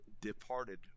departed